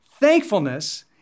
Thankfulness